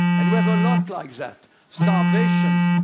and we have a lot like that. starvation,